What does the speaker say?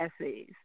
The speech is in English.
essays